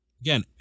again